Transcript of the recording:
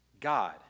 God